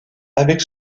avec